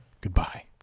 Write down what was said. Goodbye